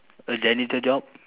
a janitor job